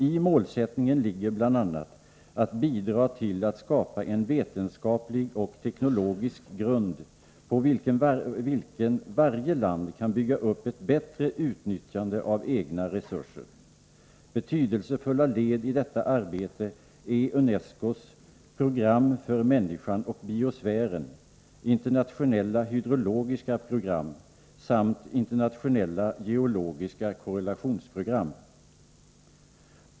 I målsättningen ligger bl.a. att bidra till att skapa en vetenskaplig och teknologisk grund på vilken varje land kan bygga upp ett bättre utnyttjande av egna resurser. Betydelsefulla led i detta arbete är UNESCO:s program för människan och biosfären, internationella hydrologiska program samt internationella geologiska korrelationsprogram.